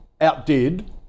outdid